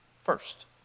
first